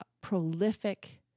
prolific